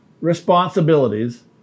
responsibilities